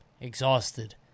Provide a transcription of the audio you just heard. exhausted